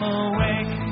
awake